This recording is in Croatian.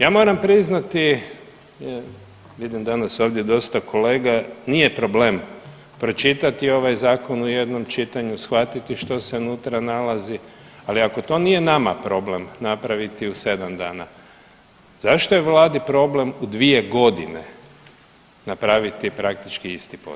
Ja moramo priznati, vidim danas ovdje dosta kolega, nije problem pročitati ovaj Zakon u jednom čitanju, shvatiti što se nutra nalazi, ali ako to nije nama problem napraviti u 7 dana, zašto je Vladi problem u 2 godina napraviti praktički isti posao?